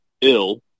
ill